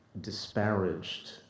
disparaged